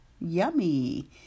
Yummy